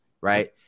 right